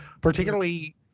particularly